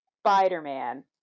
Spider-Man